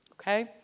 Okay